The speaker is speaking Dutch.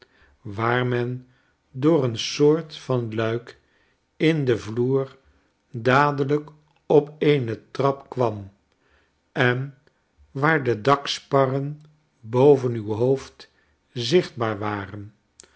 waar men door een soort van luik in den vloer dadelijk op eene trap kwam en waar de daksparren boven uw hoofd zichtbaar waren